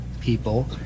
people